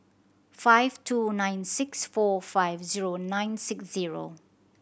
five two nine six four five zero nine six zero